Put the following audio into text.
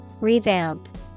Revamp